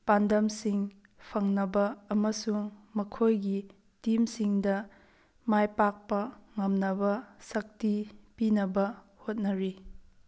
ꯄꯥꯟꯗꯝꯁꯤꯡ ꯐꯪꯅꯕ ꯑꯃꯁꯨꯡ ꯃꯈꯣꯏꯒꯤ ꯇꯤꯝꯁꯤꯡꯗ ꯃꯥꯏ ꯄꯥꯛꯄ ꯉꯝꯅꯕ ꯁꯛꯇꯤ ꯄꯤꯅꯕ ꯍꯣꯠꯅꯔꯤ